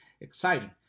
exciting